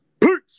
Peace